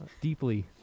deeply